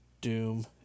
Doom